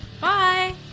Bye